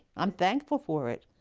um thankful for it.